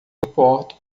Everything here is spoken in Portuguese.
importo